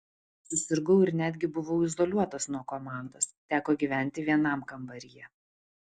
susirgau ir netgi buvau izoliuotas nuo komandos teko gyventi vienam kambaryje